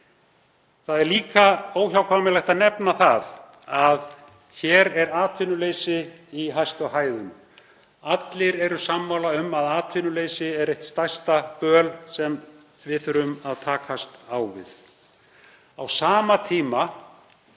Það er líka óhjákvæmilegt að nefna að hér er atvinnuleysi í hæstu hæðum. Allir eru sammála um að atvinnuleysi er eitt stærsta böl sem við þurfum að takast á við. Á sama tíma